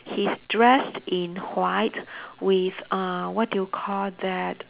he's dress in white with uh what do you call that